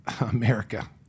America